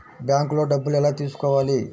బ్యాంక్లో డబ్బులు ఎలా తీసుకోవాలి?